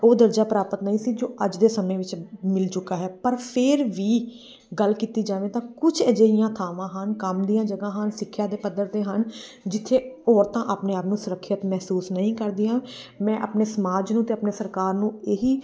ਉਹ ਦਰਜਾ ਪ੍ਰਾਪਤ ਨਹੀਂ ਸੀ ਜੋ ਅੱਜ ਦੇ ਸਮੇਂ ਵਿੱਚ ਮਿਲ ਚੁੱਕਾ ਹੈ ਪਰ ਫਿਰ ਵੀ ਗੱਲ ਕੀਤੀ ਜਾਵੇ ਤਾਂ ਕੁਝ ਅਜਿਹੀਆਂ ਥਾਵਾਂ ਹਨ ਕੰਮ ਦੀਆਂ ਜਗ੍ਹਾ ਹਨ ਸਿੱਖਿਆ ਦੇ ਪੱਧਰ ਦੇ ਹਨ ਜਿੱਥੇ ਔਰਤਾਂ ਆਪਣੇ ਆਪ ਨੂੰ ਸੁਰੱਖਿਅਤ ਮਹਿਸੂਸ ਨਹੀਂ ਕਰਦੀਆਂ ਮੈਂ ਆਪਣੇ ਸਮਾਜ ਨੂੰ ਅਤੇ ਆਪਣੇ ਸਰਕਾਰ ਨੂੰ ਇਹ ਹੀ